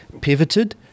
pivoted